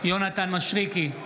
יונתן מישרקי,